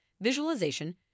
visualization